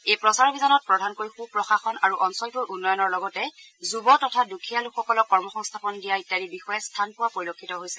এই প্ৰচাৰ অভিযানত প্ৰধানকৈ সুপ্ৰশাসন আৰু অঞ্চলটোৰ উন্নয়নৰ লগতে যুৱ তথা দুখীয়া লোকসকলক কৰ্মসংস্থাপন দিয়া ইত্যাদি বিষয়ে স্থান পোৱা পৰিলক্ষিত হৈছে